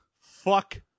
fuck